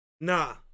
Nah